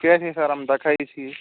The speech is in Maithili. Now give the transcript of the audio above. ठीके छै सर हम देखै छी